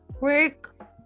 work